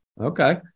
Okay